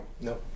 No